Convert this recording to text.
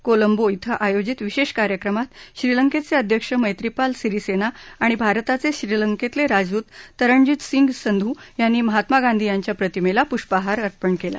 कोलंबो इथं आयोजित विशेष कार्यक्रमात श्रीलंकेचे अध्यक्ष मैत्रीपाल सिरीसेना आणि भारताचे श्रीलंकेतले राजदूत तारणजित सिंग संधू यांनी महात्मा गांधी यांच्या प्रतिमेला पुष्पहार अर्पण केला